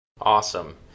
Awesome